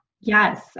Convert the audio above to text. Yes